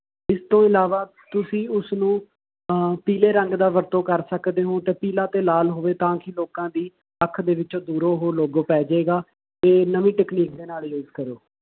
ਇਸ ਤੋਂ ਇਲਾਵਾ ਤੁਸੀਂ ਉਸਨੂੰ ਪੀਲੇ ਰੰਗ ਦਾ ਵਰਤੋਂ ਕਰ ਸਕਦੇ ਹੋ ਅਤੇ ਪੀਲਾ ਅਤੇ ਲਾਲ ਹੋਵੇ ਤਾਂ ਕਿ ਲੋਕਾਂ ਦੀ ਅੱਖ ਦੇ ਵਿੱਚ ਦੂਰੋਂ ਉਹ ਲੋਗੋ ਪੈ ਜਾਵੇਗਾ ਅਤੇ ਨਵੀਂ ਟਕਨੀਕ ਦੇ ਨਾਲ ਯੂਜ਼ ਕਰੋ